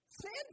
Send